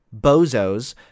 bozos